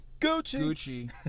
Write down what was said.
Gucci